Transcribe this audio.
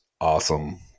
awesome